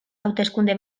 hauteskunde